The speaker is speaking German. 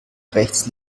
rechts